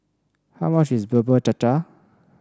how much is Bubur Cha Cha